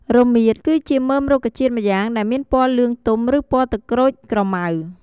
រមៀត គឺជាមើមរុក្ខជាតិម្យ៉ាងដែលមានពណ៌លឿងទុំ ឬពណ៌ទឹកក្រូចក្រម៉ៅ។